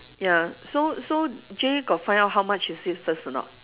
ya so so Jay got find out how much is it first or not